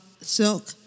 silk